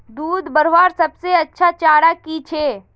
दूध बढ़वार सबसे अच्छा चारा की छे?